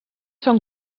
són